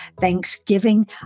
thanksgiving